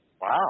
Wow